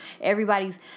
everybody's